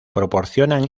proporcionan